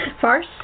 Farce